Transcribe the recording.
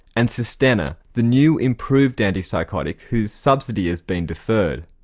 and sustenna, the new improved antipsychotic, whose subsidy has been deferred.